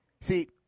See